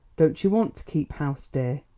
don't you want to keep house, dear?